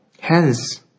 Hence